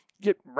Get